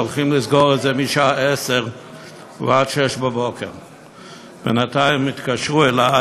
כי הולכים לסגור את זה משעה 22:00 עד 06:00. בינתיים התקשרו אלי